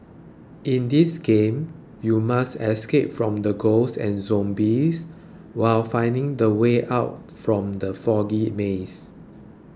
in this game you must escape from the ghosts and zombies while finding the way out from the foggy maze